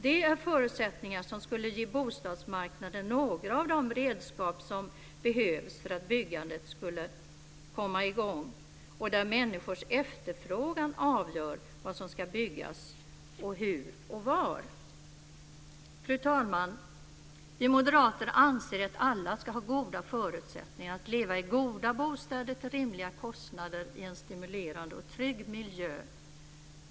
Det är förutsättningar som skulle ge bostadsmarknaden några av de redskap som behövs för att byggandet ska komma i gång och där människors efterfrågan avgör vad som ska byggas, och hur och var. Fru talman! Vi moderater anser att alla ska ha goda förutsättningar att leva i goda bostäder till rimliga kostnader i en stimulerande och trygg miljö.